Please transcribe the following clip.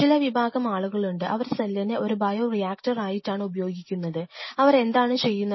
ചില വിഭാഗം ആളുകളുണ്ട് അവർ സെല്ലിനെ ഒരു ബയോ റിയാക്ടർ ആയിട്ടാണ് ഉപയോഗിക്കുന്നത് അവർ എന്താണ് ചെയ്യുന്നത്